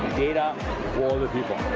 data wall the people